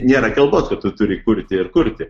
nėra kalbos kad tu turi kurti ir kurti